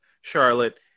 Charlotte